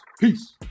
Peace